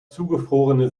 zugefrorene